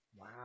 wow